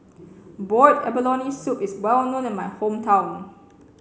boiled abalone soup is well known in my hometown